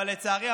אבל לצערי,